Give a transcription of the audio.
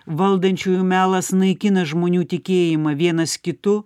valdančiųjų melas naikina žmonių tikėjimą vienas kitu